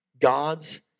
God's